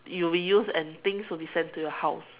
you will reuse and things will be sent to your house